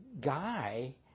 guy